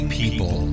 people